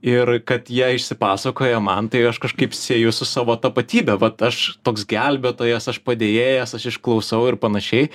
ir kad jie išsipasakoja man tai aš kažkaip sieju su savo tapatybe vat aš toks gelbėtojas aš padėjėjas aš išklausau ir panašiai